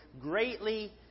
greatly